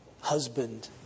husband